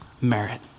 merit